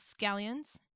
scallions